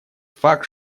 факт